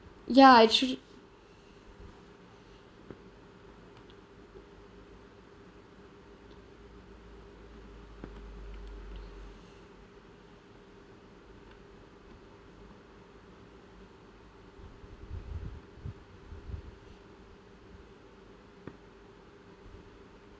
ya actu~